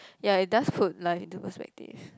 ya it does put like into perspective